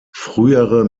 frühere